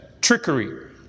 trickery